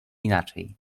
inaczej